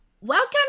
Welcome